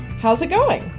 how's it going?